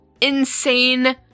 insane